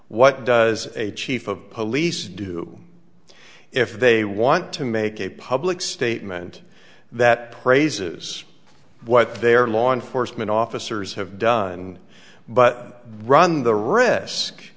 what does a chief of police do if they want to make a public statement that praises what their law enforcement officers have done but run the risk